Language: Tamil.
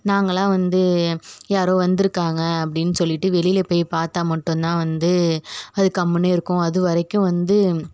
நாங்களாக வந்து யாரோ வந்திருக்காங்க அப்படின்னு சொல்லிட்டு வெளியில் போய் பார்த்தா மட்டும்தான் வந்து அது கம்முன்னு இருக்கும் அதுவரைக்கும் வந்து